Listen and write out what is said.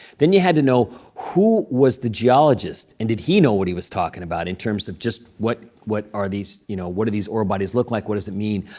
then you had to know who was the geologist and did he know what he was talking about in terms of just what what are these you know what do these ore bodies look like, what does it mean,